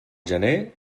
gener